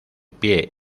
pie